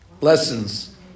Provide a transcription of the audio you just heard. lessons